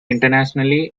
internationally